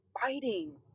fighting